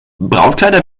brautkleider